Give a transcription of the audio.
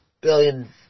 billion